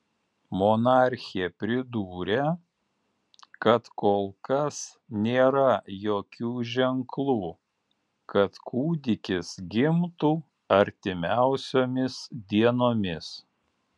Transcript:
monarchė pridūrė kad kol kas nėra jokių ženklų kad kūdikis gimtų artimiausiomis dienomis